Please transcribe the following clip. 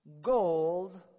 gold